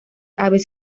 aves